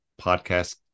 podcast